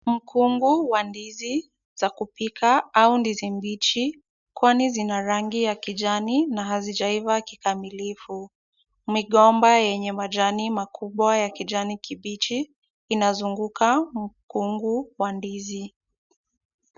Mkungu wa ndizi za kupika au ndizi mbichi, kwani zina rangi ya kijani na hazijaiva kikamilifu. Migomba yenye majani makubwa ya kijani kibichi, inazunguka mkungu wa ndizi.